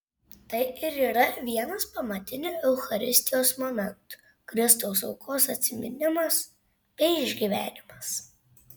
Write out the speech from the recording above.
tai ir yra vienas pamatinių eucharistijos momentų kristaus aukos atsiminimas bei išgyvenimas